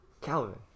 Calvin